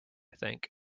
think